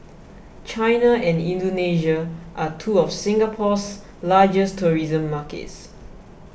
China and Indonesia are two of Singapore's largest tourism markets